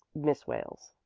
miss wales.